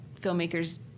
filmmakers